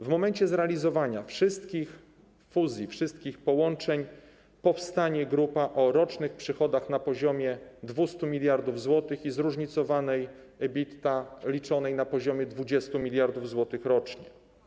W momencie zrealizowania wszystkich fuzji, wszystkich połączeń powstanie grupa o rocznych przychodach na poziomie 200 mld zł i zróżnicowanej EBITDA liczonej na poziomie 20 mld zł rocznie.